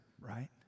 right